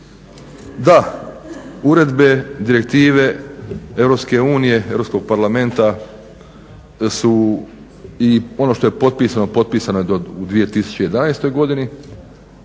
Da, uredbe, direktive EU, Europskog parlamenta su i ono što je potpisano, potpisano je u 2011. godini